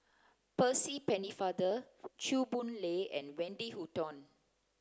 Percy Pennefather Chew Boon Lay and Wendy Hutton